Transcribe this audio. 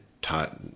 taught